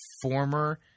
former